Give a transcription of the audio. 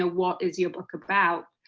ah what is your book about,